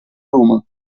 roma